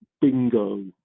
bingo